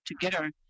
together